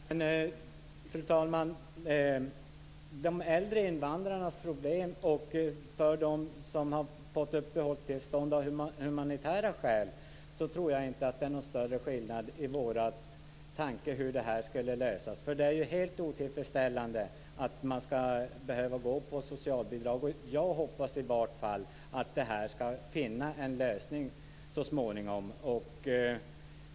Fru talman! När det gäller tankarna om hur man skulle kunna åstadkomma en lösning av problemen för de äldre invandrare som har fått uppehållstillstånd av humanitära skäl tror jag inte att det är någon större skillnad mellan oss. Det är helt otillfredsställande att de skall behöva leva på socialbidrag. Jag hoppas att vi skall finna en lösning på det, i varje fall så småningom.